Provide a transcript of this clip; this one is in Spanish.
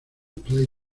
play